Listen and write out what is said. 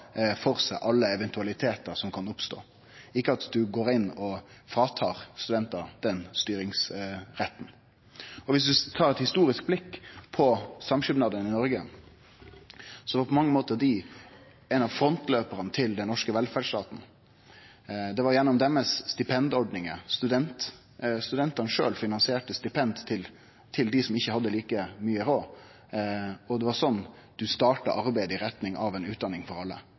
seg alle eventualitetar som kan oppstå, ikkje at ein går inn og fratar studentar den styringsretten. Dersom ein tar eit historisk blikk på samskipnadane i Noreg, så var dei på mange måtar ein av frontløparane til den norske velferdsstaten. Det var gjennom deira stipendordningar studentane sjølve finansierte stipend til dei som ikkje hadde like god råd, og det var slik ein starta arbeidet i retning av ei utdanning for alle